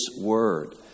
word